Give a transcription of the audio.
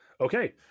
Okay